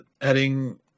Adding